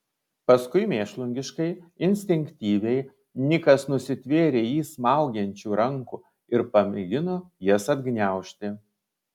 paskui mėšlungiškai instinktyviai nikas nusitvėrė jį smaugiančių rankų ir pamėgino jas atgniaužti